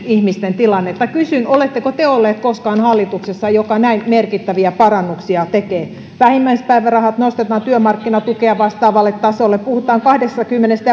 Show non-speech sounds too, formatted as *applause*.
ihmisten tilannetta kysyn oletteko te olleet koskaan hallituksessa joka näin merkittäviä parannuksia tekee vähimmäispäivärahat nostetaan työmarkkinatukea vastaavalle tasolle puhutaan kahdestakymmenestä *unintelligible*